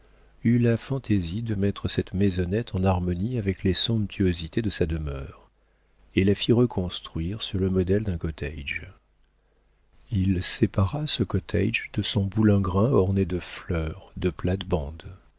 eut la fantaisie de mettre cette maisonnette en harmonie avec les somptuosités de sa demeure et la fit reconstruire sur le modèle d'un cottage il sépara ce cottage de son boulingrin orné de fleurs de plates-bandes